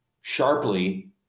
sharply